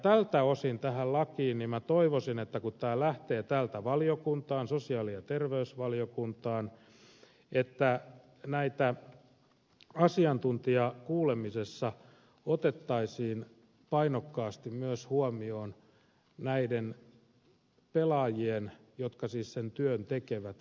tältä osin minä toivoisin että kun tämä lakiesitys lähtee täältä valiokuntaan sosiaali ja terveysvaliokuntaan niin asiantuntijakuulemisessa otettaisiin painokkaasti huomioon myös näiden pelaajien jotka siis sen työn tekevät näkemykset